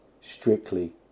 strictly